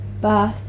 birth